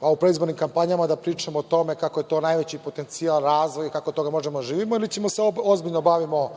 u predizbornim kampanjama, da pričamo o tome kako je to najveći potencijal razvoja, kako od toga možemo da živimo, ili ćemo ozbiljno da se bavimo